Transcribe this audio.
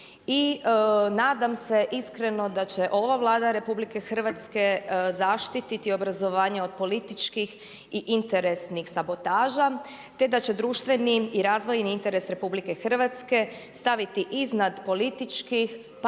I nadam se iskreno da će ova Vlada RH zaštiti obrazovanje od političkih i interesnih sabotaža te da će društveni i razvojni interes RH staviti iznad političkih,